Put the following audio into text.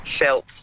felt